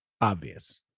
obvious